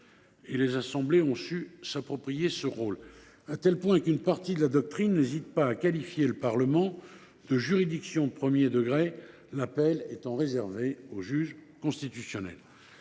Les assemblées ont su s’approprier ce rôle, à tel point qu’une partie de la doctrine n’hésite pas à qualifier le Parlement de juridiction de premier degré, l’appel étant réservé au juge constitutionnel.